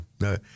no